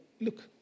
Look